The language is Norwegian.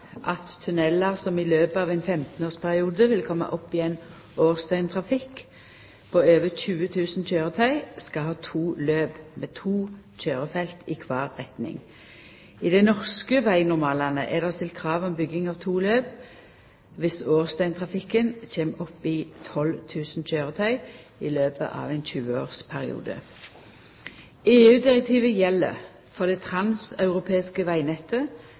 at tunnelar som i løpet av ein 15-årsperiode vil koma opp i ein årsdøgntrafikk på over 20 000 køyretøy, skal ha to løp med to køyrefelt i kvar retning. I dei norske vegnormalane er det stilt krav om bygging av to løp viss årsdøgntrafikken kjem opp i 12 000 køyretøy i løpet av ein 20-årsperiode. EU-direktivet gjeld for det transeuropeiske vegnettet